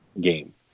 game